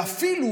ואפילו,